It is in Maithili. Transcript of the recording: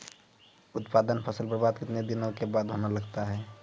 उत्पादन फसल बबार्द कितने दिनों के बाद होने लगता हैं?